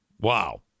Wow